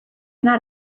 not